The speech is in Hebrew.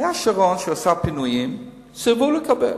היה שרון שעשה פינויים, סירבו לקבל,